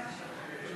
הכנסת חיים ילין